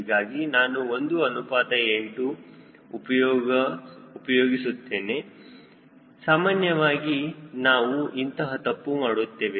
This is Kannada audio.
ಹೀಗಾಗಿ ನಾನು 1 ಅನುಪಾತ 8 ಉಪಯೋಗ ಉಪಯೋಗಿಸುತ್ತೇನೆ ಸಾಮಾನ್ಯವಾಗಿ ನಾವು ಇಂತಹ ತಪ್ಪು ಮಾಡುತ್ತೇವೆ